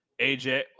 AJ